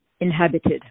inhabited